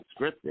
scripted